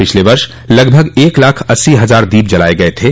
पिछले वर्ष लगभग एक लाख अस्सी हजार दीप जलाये गये थे